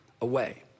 away